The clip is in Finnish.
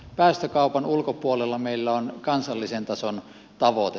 päästökaupan ulkopuolella meillä on kansallisen tason tavoite